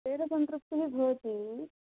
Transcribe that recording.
तेन सन्तृप्तिः भवति